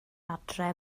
adre